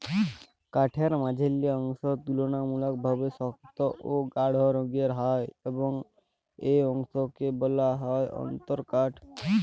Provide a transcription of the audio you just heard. কাঠের মাইঝল্যা অংশ তুললামূলকভাবে সক্ত অ গাঢ় রঙের হ্যয় এবং ই অংশকে ব্যলা হ্যয় অল্তরকাঠ